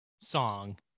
song